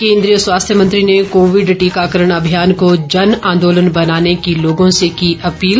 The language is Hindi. केन्द्रीय स्वास्थ्य मंत्री ने कोविड टीकाकरण अभियान को जन आंदोलन बनाने की लोगों से की अपील